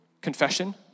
confession